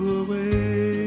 away